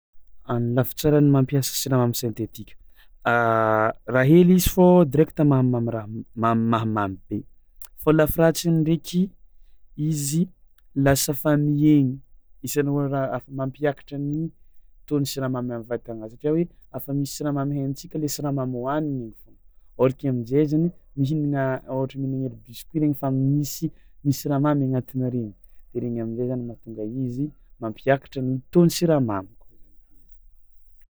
A ny lafy tsaran'ny mampiasa siramamy sentetika raha hely izy fao direkta mahamamy raha m- ma- mahamamy be fao lafy ratsiny ndraiky izy lasa famihegny isan'ny hoe raha afa-mampiakatra ny taux-n'ny siramamy am'vatagna satria hoe afa misy siramamy haintsika le siramamy hohanigny igny foagna or ke amin-jay zany mihinagna ôhatra mihinagna ery biscuit regny fa misy misy siramamy agnatin'iregny de regny am'izay zany mahatonga izy mampiakatra ny taux-n'ny siramamy koa zany izy.